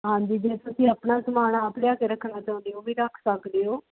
ਹਾਂਜੀ ਜੇ ਤੁਸੀਂ ਆਪਣਾ ਸਮਾਨ ਆਪ ਲਿਆ ਕੇ ਰੱਖਣਾ ਚਾਹੁੰਦੇ ਹੋ ਉਹ ਵੀ ਰੱਖ ਸਕਦੇ ਹੋ